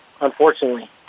unfortunately